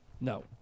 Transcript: No